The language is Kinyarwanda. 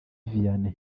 vianney